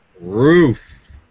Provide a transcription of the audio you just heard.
Roof